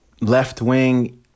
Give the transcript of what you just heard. left-wing